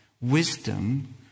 Wisdom